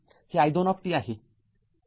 हे i२ आहे